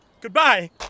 Goodbye